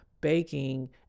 baking